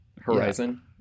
Horizon